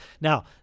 Now